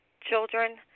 children